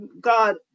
God